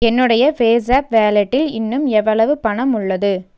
என்னோடைய பேஸாப் வாலெட்டில் இன்னும் எவ்வளவு பணம் உள்ளது